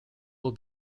will